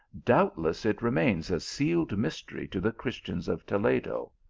doubtless it remains a sealed mystery to the chris tians of toledo.